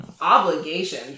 obligation